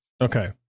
Okay